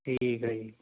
ਠੀਕ ਹੈ ਜੀ